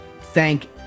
thank